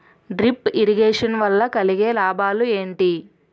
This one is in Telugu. డ్రిప్ ఇరిగేషన్ వల్ల కలిగే లాభాలు ఏంటి?